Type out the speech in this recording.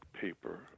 paper